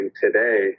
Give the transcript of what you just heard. today